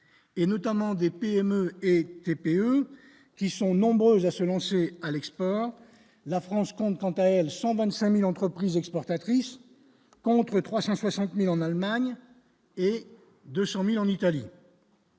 et notamment des PME et TPE qui sont nombreux à se lancer à l'export, la France compte quant à elle 125000 entreprises exportatrices, contre 360000 en Allemagne et 200000 en Italie.